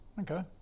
okay